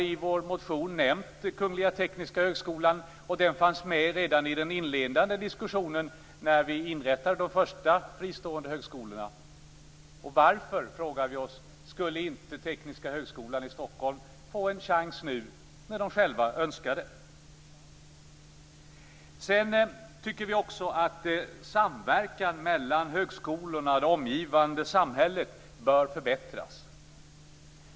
I vår motion nämner vi Kungliga Tekniska högskolan, och den fanns med redan i den inledande diskussionen när vi inrättade de första fristående högskolorna. Varför, frågar vi oss, skulle inte Tekniska högskolan i Stockholm nu få en chans när man själv önskar det? Vidare tycker vi att samverkan mellan högskolorna och det omgivande samhället bör förbättras.